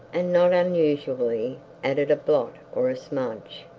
and not unusually added a blot or a smudge,